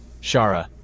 Shara